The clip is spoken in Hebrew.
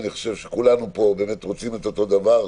אני חושב שכולנו פה רוצים את אותו דבר,